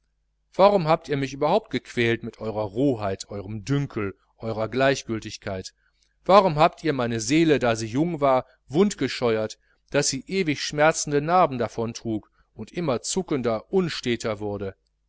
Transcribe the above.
warum habt ihr mich überhaupt gequält mit eurer rohheit eurem dünkel eurer gleichgültigkeit warum habt ihr meine seele da sie jung war wundgescheuert daß sie ewig schmerzende narben davontrug und immer zuckender unstäter wurde